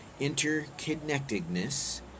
interconnectedness